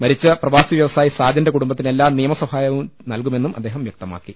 മരിച്ച പ്രവാസി വൃവസായി സാജന്റെ കുടുംബത്തിന് എല്ലാ നിയമസ ഹായവും നൽകുമെന്നും അദ്ദേഹം വൃക്തമാക്കി